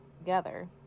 together